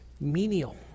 menial